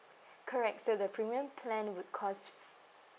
correct so the premium plan would cost